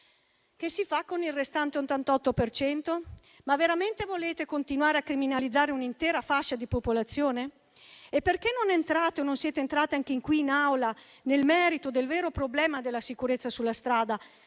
Che si fa con il restante 88 per cento? Veramente volete continuare a criminalizzare un'intera fascia di popolazione? Perché non entrate o non siete entrati anche in qui in Aula nel merito del vero problema della sicurezza sulla strada,